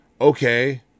Okay